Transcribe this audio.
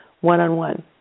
one-on-one